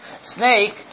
snake